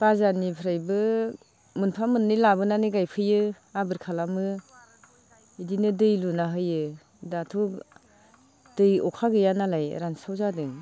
बाजारनिफ्रायबो मोनफा मोननै लाबोनानै गायफैयो आबोर खालामो इदिनो दै लुना होयो दाथ' दै अखा गैयानालाय रानस्राव जादों